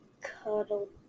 Cuddle